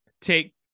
take